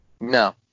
No